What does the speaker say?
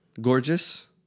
Gorgeous